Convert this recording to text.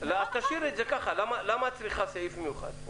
אז תשאירי את זה כך, למה את צריכה סעיף מיוחד?